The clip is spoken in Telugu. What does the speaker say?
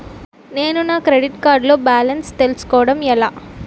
నేను నా క్రెడిట్ కార్డ్ లో బాలన్స్ తెలుసుకోవడం ఎలా?